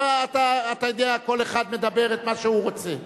מה, אתה יודע, כל אחד מדבר את מה שהוא רוצה.